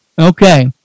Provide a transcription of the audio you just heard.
Okay